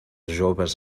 joves